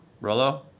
Rolo